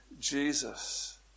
Jesus